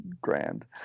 grand